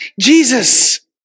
Jesus